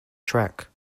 track